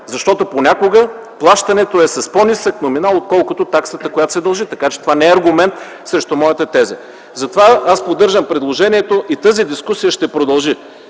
защото понякога плащането е с по нисък номинал, отколкото таксата, която се дължи. Така че това не е аргумент срещу моята теза. Затова аз поддържам предложението и тази дискусия ще продължи,